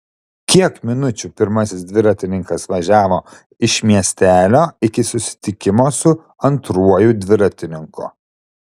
kiek minučių pirmasis dviratininkas važiavo iš miestelio iki susitikimo su antruoju dviratininku